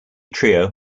trio